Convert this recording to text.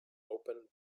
open